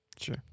Sure